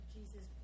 Jesus